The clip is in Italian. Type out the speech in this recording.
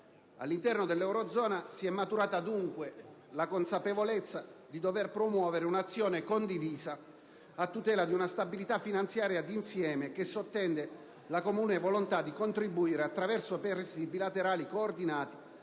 All'interno dell'eurozona si è maturata, dunque, la consapevolezza di dover promuovere un'azione condivisa a tutela di una stabilità finanziaria d'insieme, che sottende la comune volontà di contribuire, attraverso prestiti bilaterali coordinati,